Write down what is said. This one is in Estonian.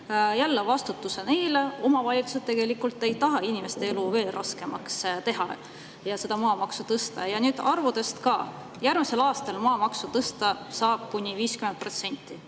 vastutuse neile. Omavalitsused tegelikult ei taha inimeste elu veel raskemaks teha ja seda maamaksu tõsta. Nüüd arvudest ka. Järgmisel aastal saab maamaksu tõsta kuni 50%,